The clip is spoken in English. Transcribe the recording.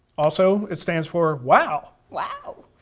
also, it stands for wow! wow!